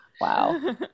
Wow